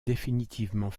définitivement